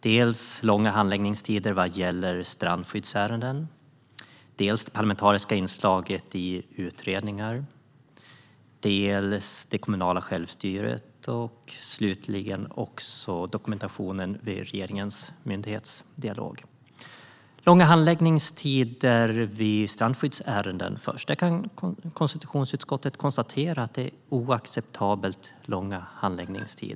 Det handlar om långa handläggningstider vad gäller strandskyddsärenden, det parlamentariska inslaget i utredningar, det kommunala självstyret och dokumentationen vid regeringens myndighetsdialog. Jag börjar med långa handläggningstider vid strandskyddsärenden. Konstitutionsutskottet kan konstatera att det är oacceptabelt långa handläggningstider.